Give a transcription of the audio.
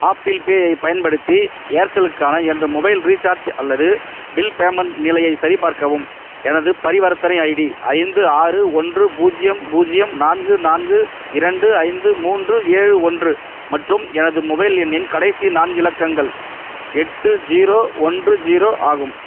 apple பேயைப் பயன்படுத்தி ஏர்செல்லுக்கான எனது மொபைல் ரீசார்ஜ் அல்லது பில் பேமெண்ட் நிலையைச் சரிபார்க்கவும் எனது பரிவர்த்தனை ஐடி ஐந்து ஆறு ஒன்று பூஜ்ஜியம் பூஜ்ஜியம் நான்கு நான்கு இரண்டு ஐந்து மூன்று ஏழு ஒன்று மற்றும் எனது மொபைல் எண்ணின் கடைசி நான்கு இலக்கங்கள் எட்டு ஜீரோ ஒன்று ஜீரோ ஆகும்